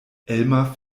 elmar